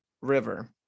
river